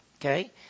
Okay